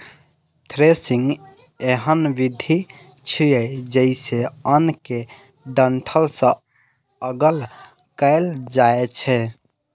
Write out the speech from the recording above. threshing एहन विधि छियै, जइसे अन्न कें डंठल सं अगल कैल जाए छै